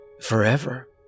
forever